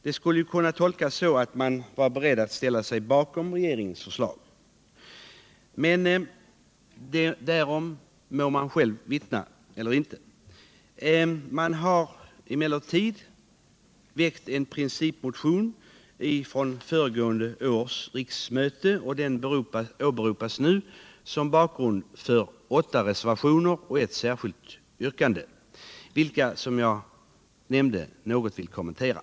Det skulle kunna tolkas så att man är beredd att ställa sig bakom regeringens förslag. Om så är - Nr 54 fallet eller inte må man själv vittna om. Man väckte emellertid vid fö Fredagen den regående riksmöte en principmotion, och den åberopas nu som bakgrund 16 december 1977 till åtta reservationer och ett särskilt yttrande, vilka — som jag nämnde —- jag något vill kommentera.